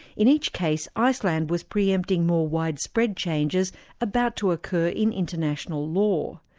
in each case, iceland was pre-empting more widespread changes about to occur in international law.